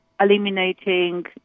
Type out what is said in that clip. eliminating